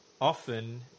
often